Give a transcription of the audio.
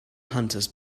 hunters